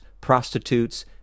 prostitutes